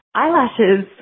eyelashes